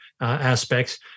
aspects